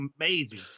amazing